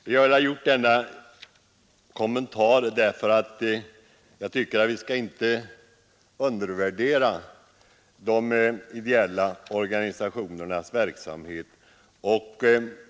Jag har velat göra denna kommentar därför att jag tycker att vi inte skall undervärdera de ideella organisationernas verksamhet.